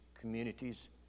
communities